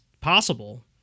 possible